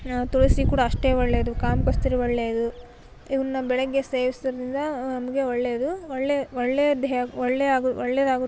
ತುಳಸಿ ಕೂಡ ಅಷ್ಟೇ ಒಳ್ಳೆಯದು ಕಾಮ ಕಸ್ತೂರಿ ಒಳ್ಳೆಯದು ಇವನ್ನು ಬೆಳಗ್ಗೆ ಸೇವಿಸುವುದರಿಂದ ನಮಗೆ ಒಳ್ಳೆಯದು ಒಳ್ಳೆ ಒಳ್ಳೆಯ ದೇಹ ಒಳ್ಳೆ ಹಾಗೂ ಒಳ್ಳೆಯದಾಗು